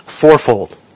fourfold